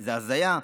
זאת הזיה,